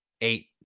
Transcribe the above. eight